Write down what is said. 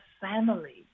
family